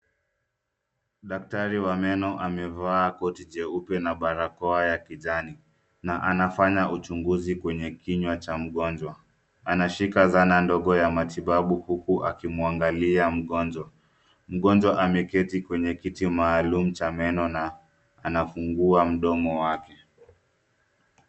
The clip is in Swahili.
Daktari wa meno amevaa koti jeupe na barakoa ya kijani na anafanya uchunguzi kwenye kinywa cha mgonjwa. Anashika zana ndogo ya matibabu huku akimwangalia mgonjwa. Mgonjwa ameketi kwenye kiti maalum cha meno na anafungua mdomo wake.